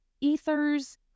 ethers